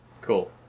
Cool